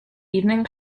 evening